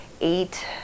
eight